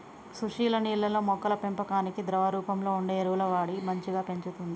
సుశీల నీళ్లల్లో మొక్కల పెంపకానికి ద్రవ రూపంలో వుండే ఎరువులు వాడి మంచిగ పెంచుతంది